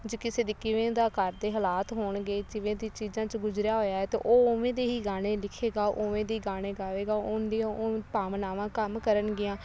ਜੇ ਕਿਸੇ ਦੀ ਕਿਵੇਂ ਦਾ ਘਰ ਦੇ ਹਾਲਾਤ ਹੋਣਗੇ ਜਿਵੇਂ ਦੀ ਚੀਜ਼ਾਂ 'ਚ ਗੁਜਰਿਆ ਹੋਇਆ ਤਾਂ ਉਹ ਉਵੇਂ ਦੇ ਹੀ ਗਾਣੇ ਲਿਖੇਗਾ ਉਵੇਂ ਦੇ ਗਾਣੇ ਗਾਵੇਗਾ ਉਹਦੀਆਂ ਉਵੇਂ ਭਾਵਨਾਵਾਂ ਕੰਮ ਕਰਨਗੀਆਂ